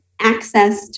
accessed